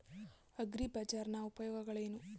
ಅಗ್ರಿಬಜಾರ್ ನ ಉಪಯೋಗವೇನು?